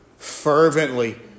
fervently